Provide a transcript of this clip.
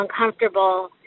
uncomfortable